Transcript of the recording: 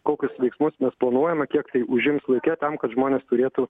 kokius veiksmus mes planuojame kiek tai užims laike tam kad žmonės turėtų